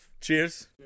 Cheers